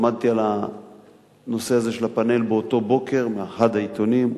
למדתי על הנושא הזה של הפאנל באותו בוקר מאחד העיתונים,